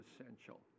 essential